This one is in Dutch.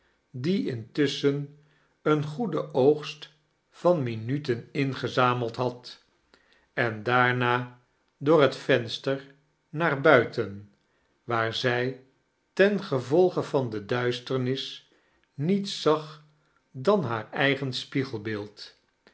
die intussehen een goeden oogst van mdmiten ingezameld had en daarna door het venster naar buiten waar zij tengevolge van de duisternis ndete zag dan haar edgen spiegelbeeld